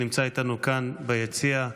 הוא נמצא איתנו כאן, ביציע.